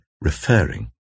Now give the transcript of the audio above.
referring